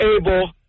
able